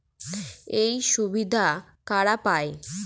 এই সুবিধা কারা পায়?